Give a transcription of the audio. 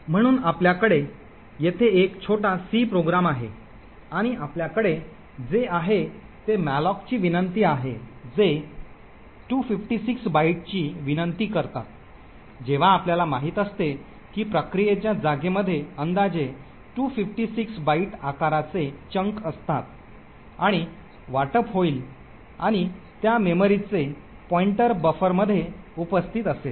म्हणून आपल्याकडे येथे एक छोटा सी प्रोग्राम आहे आणि आपल्याकडे जे आहे ते मॅलोकची विनंती आहे जे 256 बाइटची विनंती करतात जेव्हा आपल्याला माहित असते की प्रक्रियेच्या जागेमध्ये अंदाजे 256 बाइट आकाराचे आकार असतात आणि वाटप होईल आणि त्या मेमरीचे पॉईंटर बफरमध्ये उपस्थित असेल